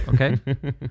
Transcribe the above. okay